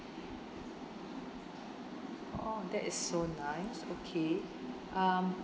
oh that is so nice okay um